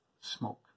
smoke